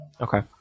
Okay